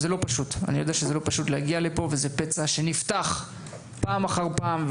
זה לא פשוט להגיע לפה וזה פצע שנפתח פעם אחר פעם,